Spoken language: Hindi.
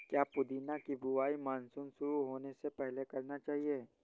क्या पुदीना की बुवाई मानसून शुरू होने से पहले करना चाहिए?